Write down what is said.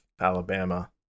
Alabama